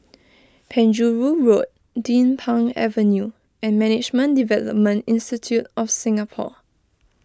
Penjuru Road Din Pang Avenue and Management Development Institute of Singapore